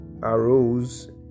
arose